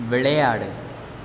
விளையாடு